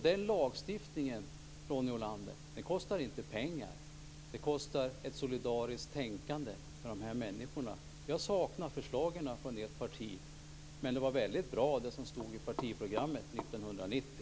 Den lagstiftningen, Ronny Olander, kostar inte pengar. Den kostar ett tänkande som är solidariskt med de här människorna. Jag saknar förslagen från ert parti, men det var väldigt bra, det som stod i partiprogrammet 1990.